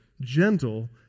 gentle